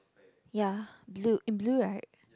ya blue blue right